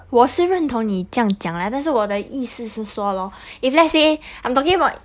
我是认同你这样讲啦但是我的意思是说 lor if let's say I'm talking about